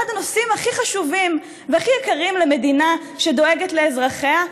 הנושאים הכי חשובים והכי יקרים למדינה שדואגת לאזרחיה,